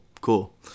cool